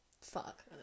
fuck